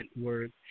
word